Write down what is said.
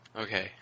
Okay